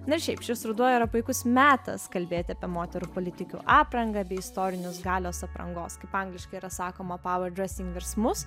na ir šiaip šis ruduo yra puikus metas kalbėt apie moterų politikių aprangą bei istorinius galios aprangos kaip angliškai yra sakoma pauer dresing virsmus